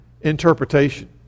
interpretation